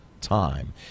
time